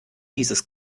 dieses